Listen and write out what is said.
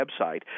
website